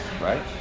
right